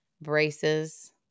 braces